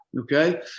Okay